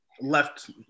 left